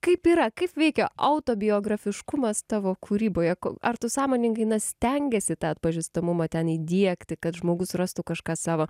kaip yra kaip veikia autobiografiškumas tavo kūryboje ar tu sąmoningai na stengiesi tą atpažįstamumą ten įdiegti kad žmogus rastų kažką savo